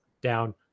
down